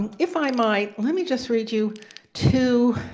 and if i might, let me just read you two,